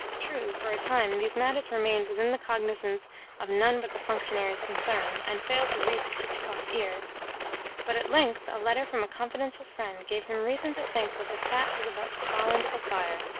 true, for a time these matters remained within the cognisance of none but the functionaries concerned, and failed to reach chichikov's ears but at length a letter from a confidential friend gave him reason to think that the fat was about to fall into the fire.